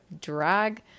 drag